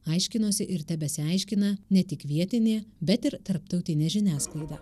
aiškinosi ir tebesiaiškina ne tik vietinė bet ir tarptautinė žiniasklaida